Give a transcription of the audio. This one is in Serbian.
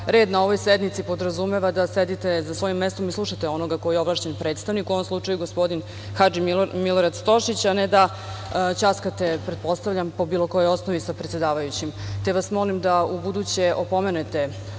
red na ovoj sednici podrazumeva da sedite za svojim mestom i slušate onoga ko je ovlašćen predstavnik, u ovom slučaju gospodin Hadži Milorad Stošić, a ne da ćaskate, pretpostavljam po bilo kojoj osnovi sa predsedavajućim. Te vas molim da ubuduće opomenete